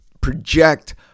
project